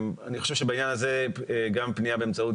אני חושב שבעניין הזה גם פנייה באמצעות